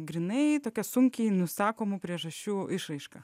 grynai tokia sunkiai nusakomų priežasčių išraiška